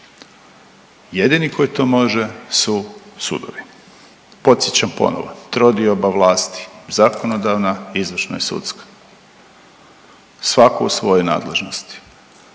Jedini koji to može su sudovi. Podsjećam ponovo, trodioba vlasti, zakonodavna, izvršna i sudska, svako u svojoj nadležnosti.